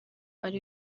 ari